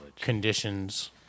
conditions